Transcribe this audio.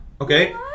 Okay